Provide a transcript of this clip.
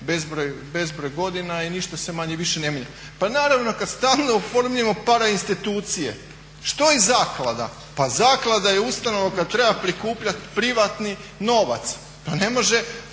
bezbroj godina i ništa se manje-više ne mijenja. Pa naravno kad stalno oformljujemo parainstitucije. Što je zaklada? Pa zaklada je ustanova koja treba prikupljati privatni novac. Pa ne može